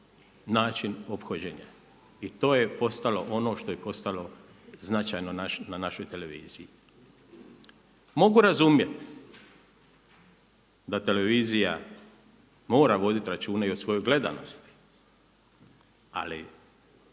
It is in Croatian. način ophođenja i to je postalo ono što je postalo značajno našoj televiziji. Mogu razumjeti da televizija mora voditi računa i o svojoj gledanosti ali